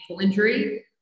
injury